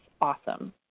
Awesome